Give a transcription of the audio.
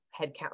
headcount